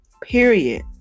Period